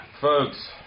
folks